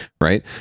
right